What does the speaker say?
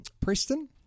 Preston